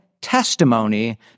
testimony